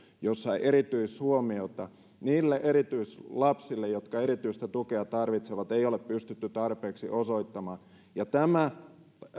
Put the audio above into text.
erityishuomiota niille erityislapsille jotka erityistä tukea tarvitsevat ei ole pystytty tarpeeksi osoittamaan tämä